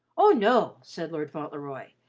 oh, no! said lord fauntleroy,